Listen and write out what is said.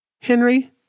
Henry